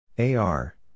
AR